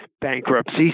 bankruptcy